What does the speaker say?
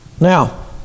Now